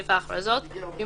סעיף ההכרזות: "1.